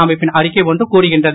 அமைப்பின் அறிக்கை ஒன்று கூறுகின்றது